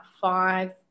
five